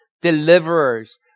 deliverers